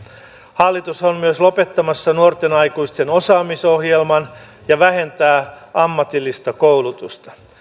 hallitus on myös lopettamassa nuorten aikuisten osaamisohjelman ja vähentää ammatillista koulutusta